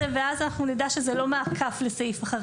ואז אנחנו נדע שזה לא מעקף לסעיף החריגים.